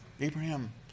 Abraham